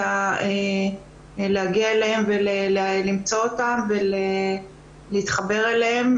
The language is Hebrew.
ולהגיע אליהם ולמצוא אותם ולהתחבר אליהם.